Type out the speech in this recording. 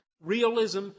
realism